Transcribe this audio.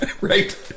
right